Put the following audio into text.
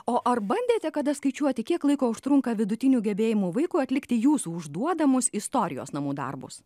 o ar bandėte kada skaičiuoti kiek laiko užtrunka vidutinių gebėjimų vaikui atlikti jūsų užduodamus istorijos namų darbus